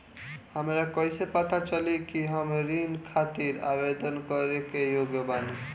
हमरा कईसे पता चली कि हम ऋण खातिर आवेदन करे के योग्य बानी?